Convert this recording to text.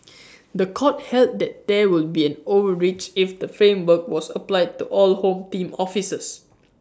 The Court held that there would be an overreach if the framework was applied to all home team officers